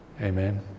amen